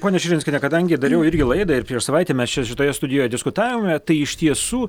ponia širinskienekadangi dariau irgi laidą ir prieš savaitę mes čia šitoje studijoje diskutavome tai iš tiesų